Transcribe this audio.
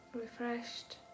refreshed